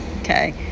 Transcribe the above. Okay